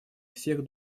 всех